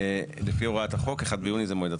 לפי הוראת החוק זה מועד התחילה,